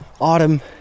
autumn